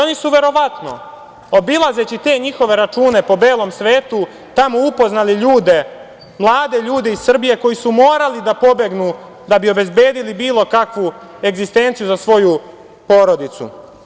Oni su verovatno, obilazeći te njihove račune po belom svetu, tamo upoznali ljude, mlade ljude iz Srbije koji su morali da pobegnu da bi obezbedili bilo kakvu egzistenciju za svoju porodicu.